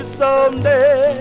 someday